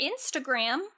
Instagram